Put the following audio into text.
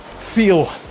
feel